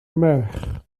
merch